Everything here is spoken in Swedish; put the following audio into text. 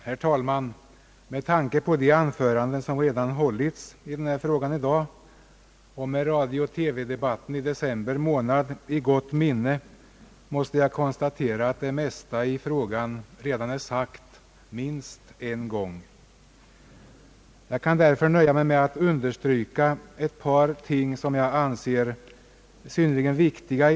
Herr talman! Med tanke på de anföranden som redan hållits i denna fråga i dag och med radio-TV-debatten i december i fjol i gott minne måste jag konstatera att det mesta i frågan redan har sagts minst en gång. Jag kan därför nöja mig med att understryka ett par ting som jag anser synnerligen viktiga.